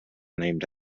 named